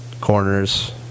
corners